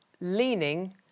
leaning